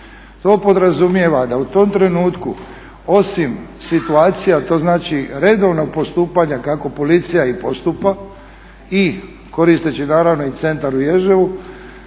To podrazumijeva da u tom trenutku osim situacija, to znači redovnog postupanja kako policija i postupa i koristeći naravno i Centar u Ježevu